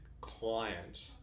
client